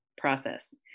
process